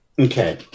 Okay